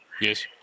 Yes